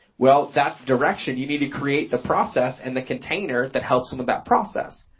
well that's direction. you need to create the process and the container that helps them with that process.